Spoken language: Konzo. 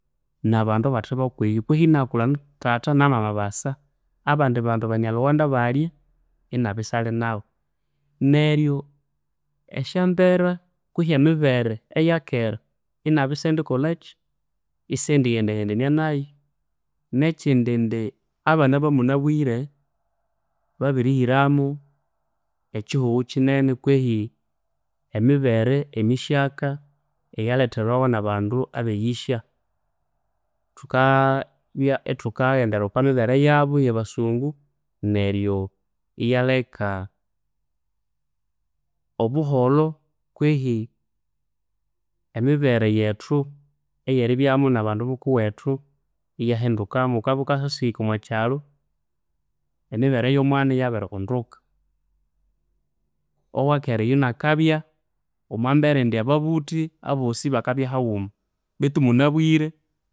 Nabandu abathe bokwiyo kwihi inakulha nathatha namama basa, abandi abanyalhughanda balya inabya isali nabu. Neryo esyambera kwhi emibere eyakera inabya isendikolhakyi, isendighendaghendania nayu. Nekyindi indi, abana abamunabwire, babirihiramu ekyihugho kyinene, kwihi emibere emihyaka eyalethebawa nabandu abe yihya. Thukabya ithukaghendera okwamibere yabu eyabasungu, neryo iyaleka obuholho kwihi emibere yethu, eyeiribyamu nabandu bukuwethu iyahindukamu. Ghukabya ghukasasahika omwakyalu, emibere eyomwana iyabirihinduka. Owakera iyu inakabya omwambera indi ababuthi abosi bakabya haghuma betu munabwire